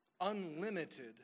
unlimited